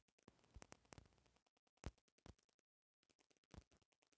खाता में पइसा ना होखे से चेक बाउंसो होला